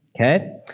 Okay